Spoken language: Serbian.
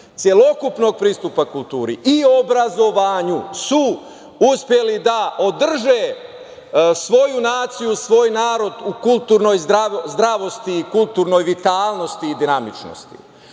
celokupnog pristupa kulturi i obrazovanju su uspeli da održe svoju naciju, svoj narod u kulturnoj zdravosti i kulturnoj vitalnosti i dinamičnosti. Tamo